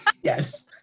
Yes